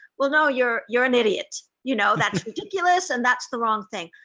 well, no, you're you're an idiot, you know that's ridiculous and that's the wrong thing.